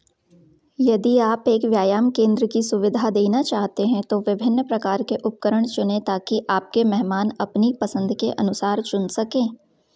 यदि आप एक व्यायाम केन्द्र की सुविधा देना चाहते हैं तो विभिन्न प्रकार के उपकरण चुनें ताकि आपके मेहमान अपनी पसंद के अनुसार चुन सकें